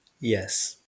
Yes